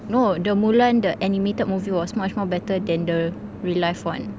no the mulan the animated movie was much more better than the real life one